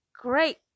great